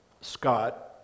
Scott